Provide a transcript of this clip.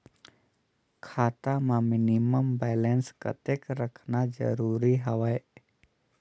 खाता मां minimum balance कतेक रखना जरूरी हवय?